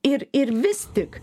ir ir vis tik